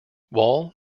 wall